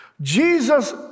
Jesus